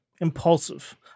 Impulsive